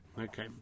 Okay